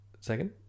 Second